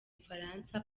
bufaransa